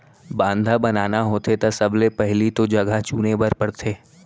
बांधा बनाना होथे त सबले पहिली तो जघा चुने बर परथे